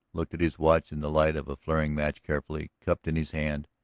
looked at his watch in the light of a flaring match carefully cupped in his hand,